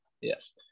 Yes